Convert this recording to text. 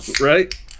Right